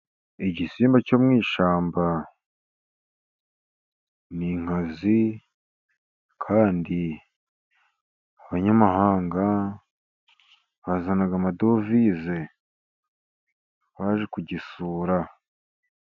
Igisimba cyo mu ishyamba ni inkazi. Kandi abanyamahanga bazana amadovize baje kugisura.